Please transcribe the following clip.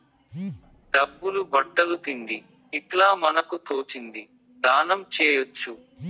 డబ్బులు బట్టలు తిండి ఇట్లా మనకు తోచింది దానం చేయొచ్చు